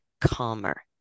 calmer